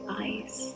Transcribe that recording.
eyes